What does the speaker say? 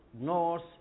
north